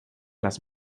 las